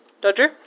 Dodger